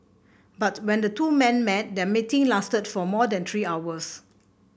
but when the two men met their meeting lasted for more than three hours